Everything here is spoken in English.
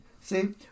See